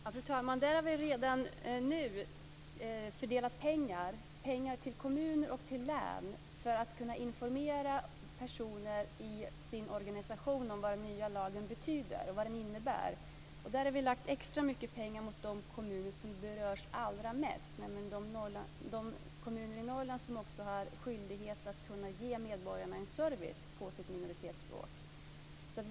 Fru talman! I fråga om detta har vi redan nu fördelat pengar till kommuner och län för att de ska kunna informera personer i sina organisationer om vad den nya lagen betyder och vad den innebär. Vi har gett extra mycket pengar till de kommuner som berörs allra mest, nämligen de kommuner i Norrland som också har skyldighet att ge medborgarna service på deras minoritetsspråk.